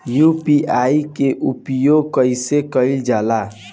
UPI के उपयोग कइसे कइल जाला?